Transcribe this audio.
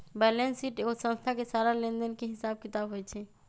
balance sheet एगो संस्था के सारा लेन देन के हिसाब किताब होई छई